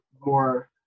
more